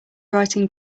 writing